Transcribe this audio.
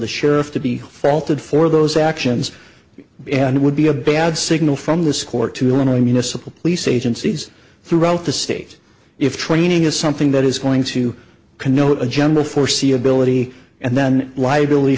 the sheriff to be faulted for those actions and it would be a bad signal from this court to illinois municipal police agencies throughout the state if training is something that is going to connote a general foreseeability and then liability